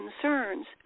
concerns